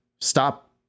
Stop